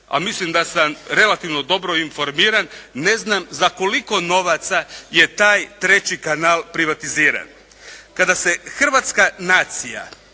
a mislim da sam relativno dobro informiran, ne znam za koliko novaca je taj 3. kanal privatiziran. Kada se hrvatska nacija,